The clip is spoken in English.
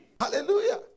Hallelujah